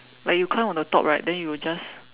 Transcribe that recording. like you climb on the top right then you will just